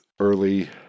early